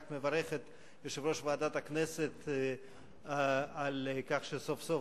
אני רק מברך את יושב-ראש ועדת הכנסת על כך שסוף-סוף